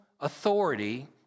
Authority